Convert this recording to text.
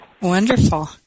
Wonderful